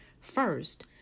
First